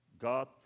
God